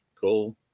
cool